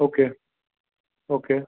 okay okay